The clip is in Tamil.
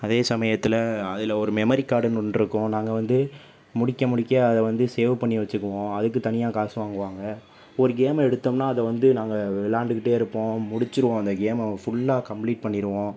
அதே சமயத்தில் அதில் ஒரு மெமரி கார்டுன்னு ஒன்று இருக்கும் நாங்கள் வந்து முடிக்க முடிக்க அதை வந்து சேவ் பண்ணி வச்சுக்குவோம் அதுக்கு தனியாக காசு வாங்குவாங்க ஒரு கேம்மை எடுத்தம்னால் அதை வந்து நாங்கள் விளாண்டுகிட்டே இருப்போம் முடிச்சுருவோம் அந்த கேம்மை ஃபுல்லாக கம்ப்ளீட் பண்ணிடுவோம்